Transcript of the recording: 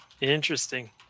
Interesting